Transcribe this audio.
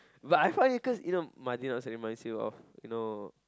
but I find it cause you know Madayna also reminds you of you know